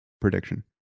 prediction